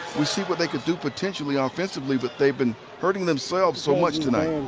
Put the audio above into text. we see what they could do potentially ah offensively but they've been hurting themselves so much tonight.